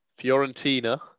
fiorentina